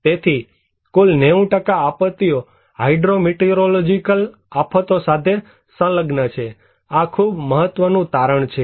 તેથી કુલ 90 આપત્તિઓ હાઈડ્રો મીટિઓરોલોજીકલ આફતો સાથે સંલગ્ન છે આ ખૂબ મહત્વનું તારણ છે